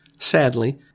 Sadly